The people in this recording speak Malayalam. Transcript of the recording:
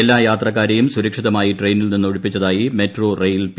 എല്ലാ യാത്രക്കാരെയും സുരക്ഷിതമായി ട്രെയിനിൽ നിന്ന് ഒഴിപ്പിച്ചതായി മെട്രോ റെയിൽ പി